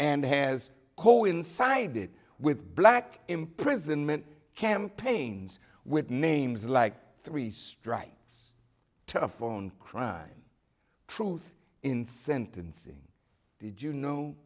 and has coincided with black imprisonment campaigns with names like three strikes telephone crime truth in sentencing did you know